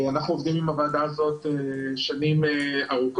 אנחנו עובדים עם הוועדה הזאת שנים ארוכות,